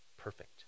perfect